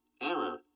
Error